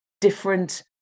different